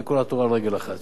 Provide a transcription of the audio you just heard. זאת כל התורה על רגל אחת.